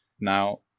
Now